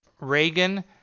Reagan